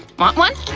want one?